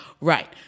Right